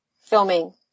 filming